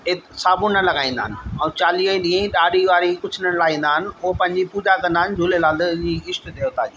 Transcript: ए साबुण न लॻाईंदा आहिनि चालीह ॾींहं कुझु ॾाढ़ी वाड़ी न लाहींदा आहिनि पोइ पंहिंजी पूॼा कंदा आहिनि झूलेलाल जी ईष्ट देवता जी